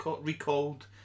recalled